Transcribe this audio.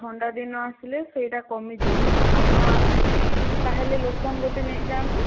ଥଣ୍ଡା ଦିନ ଆସିଲେ ସେଇଟା କମିଯିବ ଆପଣ ଆସିକି ତାହେଲେ ଲୋସନ ଗୋଟେ ନେଇଯାନ୍ତୁ